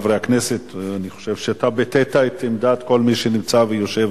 אני חושב שאתה ביטאת את עמדת כל מי שנמצא ויושב,